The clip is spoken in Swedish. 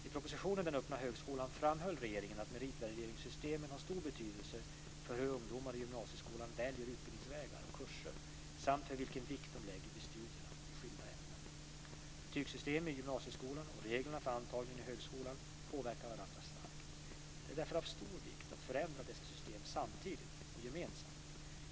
I propositionen Den öppna högskolan framhöll regeringen att meritvärderingssystemet har stor betydelse för hur ungdomar i gymnasieskolan väljer utbildningsvägar och kurser samt för vilken vikt de lägger vid studierna i skilda ämnen. Betygssystemen i gymnasieskolan och reglerna för antagningen i högskolan påverkar varandra starkt. Det är därför av stor vikt att förändra dessa system samtidigt och gemensamt.